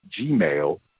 gmail